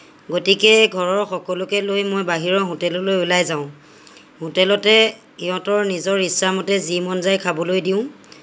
গতিকে ঘৰৰ সকলোকে লৈ মই বাহিৰৰ হোটেললৈ ওলাই যাওঁ হোটেলতে ইহঁতৰ ইচ্ছা মতে যি মন যায় খাবলৈ দিওঁ